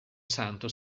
santo